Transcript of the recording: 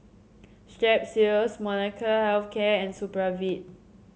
Strepsils Molnylcke Health Care and Supravit